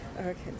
Okay